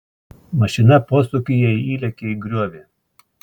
mašina posūkyje įlėkė į griovį